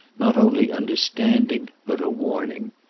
not only understanding, but a warning.